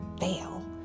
fail